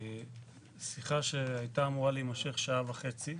שיחה שהייתה אמורה להימשך שעה וחצי,